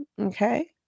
Okay